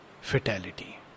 fatality